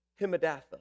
Himadatha